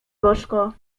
gorzko